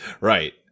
right